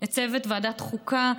לצוות ועדת חוקה,